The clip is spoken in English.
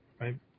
right